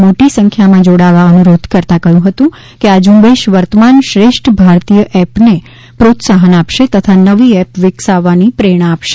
તેમણે આ ઝુંબેશમાં મોટી સંખ્યામાં જોડાવા અનુરોધ કરતાં કહ્યું હતું કે આ ઝુંબેશ વર્તમાન શ્રેષ્ઠ ભારતીય એપને પ્રોત્સાહન આપશે તથા નવી એપ વિકસાવવાની પ્રેરણા આપશે